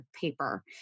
paper